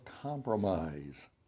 compromise